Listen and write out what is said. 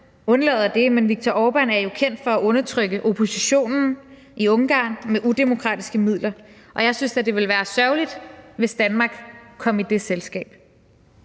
undlader det, men Viktor Orbán er jo kendt for at undertrykke oppositionen i Ungarn med udemokratiske midler, og jeg synes da, det ville være sørgeligt, hvis Danmark kom i det selskab.